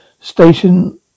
station